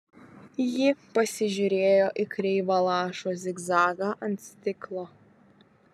ji pasižiūrėjo į kreivą lašo zigzagą ant stiklo